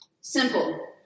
Simple